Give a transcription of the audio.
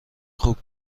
خوب